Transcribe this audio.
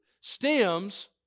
stems